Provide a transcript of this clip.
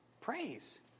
Praise